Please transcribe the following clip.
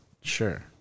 sure